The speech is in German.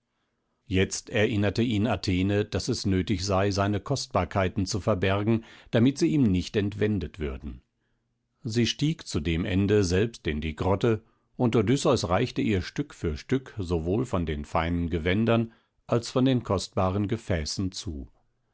jetzt erinnerte ihn athene daß es nötig sei seine kostbarkeiten zu verbergen damit sie ihm nicht entwendet würden sie stieg zu dem ende selbst in die grotte und odysseus reichte ihr stück für stück sowohl von den feinen gewändern als von den kostbaren gefäßen zu